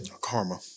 Karma